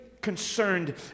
concerned